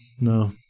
No